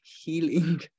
healing